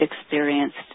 experienced